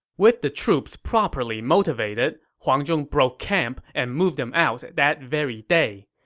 with the troops properly motivated, huang zhong broke camp and moved them out that very day.